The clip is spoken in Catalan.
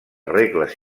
regles